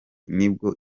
nibwo